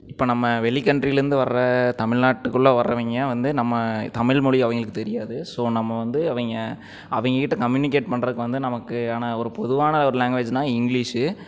இப்போ நம்ம வெளி கண்ட்ரிலிருந்து வர தமிழ்நாட்டுகுள்ளே வரவங்க வந்து நம்ம தமிழ் மொழி அவங்களுக்கு தெரியாது ஸோ நம்ம வந்து அவங்க அவங்ககிட்ட கம்யூனிகேட் பண்ணுறதுக்கு வந்து நமக்கு ஆன ஒரு பொதுவான ஒரு லேங்குவேஜ்னால் இங்கிலீஷு